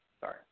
Sorry